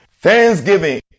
Thanksgiving